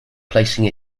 placing